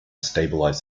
stabilize